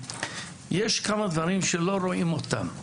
יש כמה דברים שלא רואים אותם,